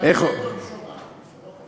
הוא מרצה את עונשו בארץ.